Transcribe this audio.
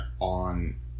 on